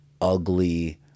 ugly